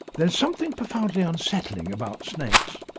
there's something profoundly unsettling about snakes.